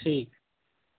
ठीक